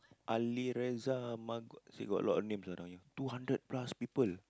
Ali Reza M~ still got a lot of names around here two hundred plus people